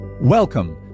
welcome